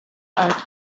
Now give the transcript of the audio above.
are